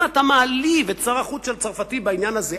אם אתה מעליב את שר החוץ הצרפתי בעניין הזה,